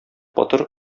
батыр